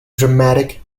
dramatic